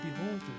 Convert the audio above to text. Behold